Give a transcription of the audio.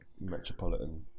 metropolitan